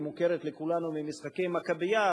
היא מוכרת לכולנו ממשחקי ה"מכבייה",